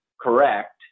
correct